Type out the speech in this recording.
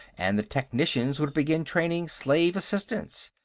and the technicians would begin training slave assistants.